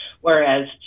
Whereas